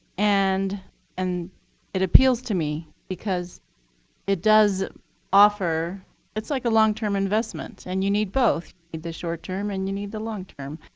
and and it appeals to me because it does offer it's like a long term investment, and you need both. you need the short term and you need the long term.